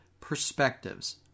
perspectives